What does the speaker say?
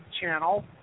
channel